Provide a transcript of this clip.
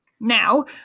Now